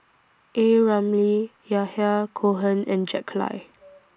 A Ramli Yahya Cohen and Jack Lai